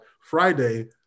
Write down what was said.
Friday